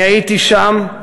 אני הייתי שם,